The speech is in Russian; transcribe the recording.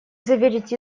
заверить